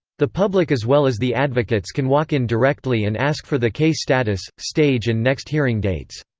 the public as well as the advocates can walk in directly and ask for the case status, stage and next hearing dates.